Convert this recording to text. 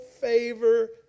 favor